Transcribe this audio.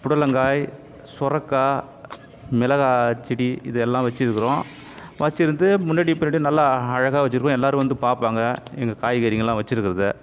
புடலங்காய் சொரக்காய் மிளகாய் செடி இது எல்லாம் வச்சுருக்குறோம் வச்சுருந்து முன்னாடியும் பின்னாடியும் நல்லா அழகாக வைச்சிருக்கோம் எல்லோரும் வந்து பார்ப்பாங்க எங்கள் காய்கறிங்களாம் வச்சுருக்கறத